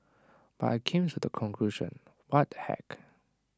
but I came to the conclusion what the heck